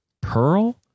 Pearl